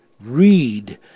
read